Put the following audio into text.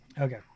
Okay